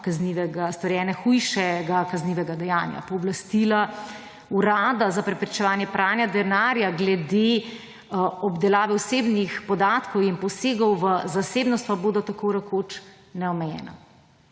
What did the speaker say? storitve hujšega dejanja; pooblastila Urada za preprečevanje pranja denarja glede obdelave osebnih podatkov in posegov v zasebnost pa bodo tako rekoč neomejena.